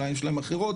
אולי יש להם אחרות,